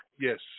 Yes